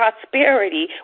prosperity